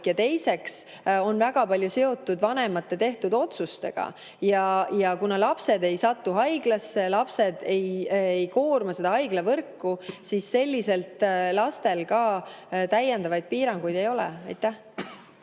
ja teiseks on väga palju seotud vanemate tehtud otsustega. Kuna lapsed ei satu haiglasse, lapsed ei koorma haiglavõrku, siis lastele täiendavaid piiranguid ei ole. Aitäh!